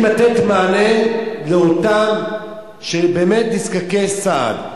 לתת מענה לאלה שהם באמת נזקקי סעד?